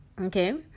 Okay